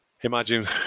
imagine